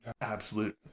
absolute